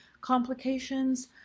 complications